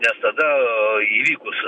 nes tada įvykus